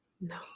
no